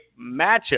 matchup